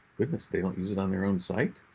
goodness, they don't use it on their own site?